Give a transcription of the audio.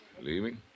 Leaving